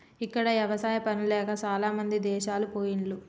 ఇక్కడ ఎవసాయా పనులు లేక చాలామంది దేశాలు పొయిన్లు